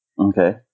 Okay